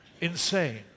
insane